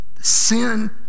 sin